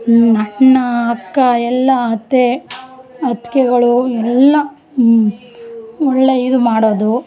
ಅಣ್ಣ ಅಕ್ಕ ಎಲ್ಲ ಅತ್ತೆ ಅತ್ತಿಗೆಗಳೂ ಎಲ್ಲ ಒಳ್ಳೇ ಇದು ಮಾಡೋದು